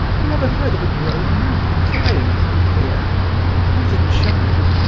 whoever heard of a grown man crying from fear not a child,